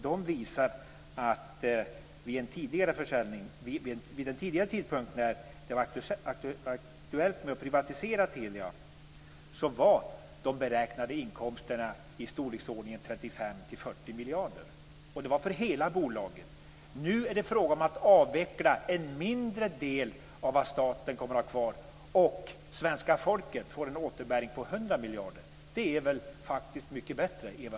De visar att vid en tidigare tidpunkt när det var aktuellt med att privatisera Telia var de beräknande inkomsterna i storleksordningen 35-40 miljarder. Det var för hela bolaget. Nu är det fråga om att avveckla en mindre del av det staten kommer att ha kvar, och svenska folket får en återbäring på 100 miljarder. Det är väl mycket bättre, Eva